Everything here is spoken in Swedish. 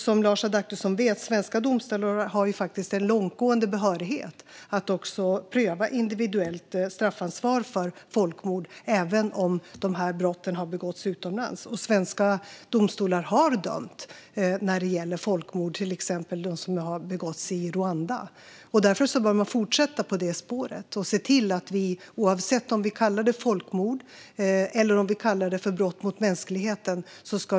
Som Lars Adaktusson vet har svenska domstolar en långtgående behörighet att också pröva individuellt straffansvar för folkmord även om brotten har begåtts utomlands. Svenska domstolar har dömt när det gäller folkmord, exempelvis de som har begåtts i Rwanda. Därför bör vi fortsätta på det spåret och se till att vi utkräver ansvar, oavsett om vi kallar det folkmord eller brott mot mänskligheten.